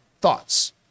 thoughts